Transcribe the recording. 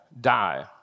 die